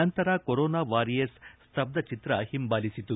ನಂತರ corona warriors ಸ್ತಬ್ಭಚಿತ್ರ ಹಿಂಬಾಲಿಸಿತು